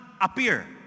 appear